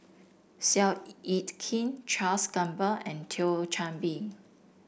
Seow Yit Kin Charles Gamba and Thio Chan Bee